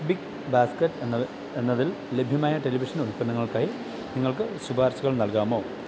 big basket എന്നത് എന്നതിൽ ലഭ്യമായ ടെലിവിഷൻ ഉൽപ്പന്നങ്ങൾക്കായി നിങ്ങൾക്ക് ശുപാർശകൾ നൽകാമോ